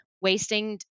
wasting